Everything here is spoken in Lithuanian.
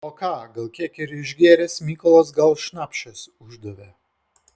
o ką gal kiek ir išgėręs mykolas gal šnapšės uždavė